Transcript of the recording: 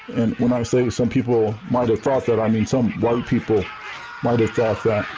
and when i say some people might have thought that, i mean some white people might have thought that.